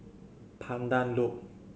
Pandan Loop